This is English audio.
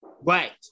Right